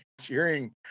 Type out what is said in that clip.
cheering